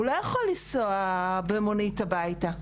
הוא לא יכול לנסוע במונית הביתה,